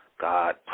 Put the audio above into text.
God